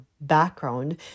background